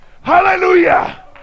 Hallelujah